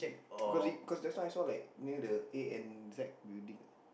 cause he cause that's why I saw like near the A N Z building